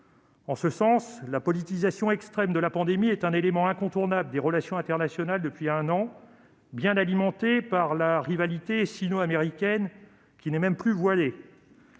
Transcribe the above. En ce sens, la politisation extrême de la pandémie est un élément incontournable des relations internationales depuis un an, bien alimentée par la rivalité sino-américaine qui n'est même plus voilée.